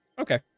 Okay